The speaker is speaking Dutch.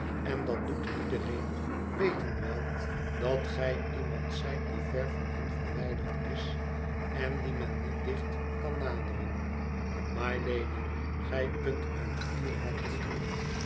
en dat doet iedereen weten wel dat gij iemand zijt die ver van hen verwijderd is en die men niet dicht kan naderen mylady gij kunt uit